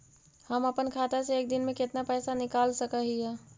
हम अपन खाता से एक दिन में कितना पैसा निकाल सक हिय?